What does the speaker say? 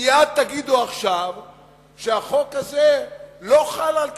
מייד תגידו עכשיו שהחוק הזה לא חל על כתבי-האישום.